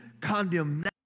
Condemnation